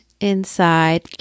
inside